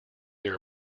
their